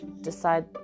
decide